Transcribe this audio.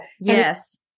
Yes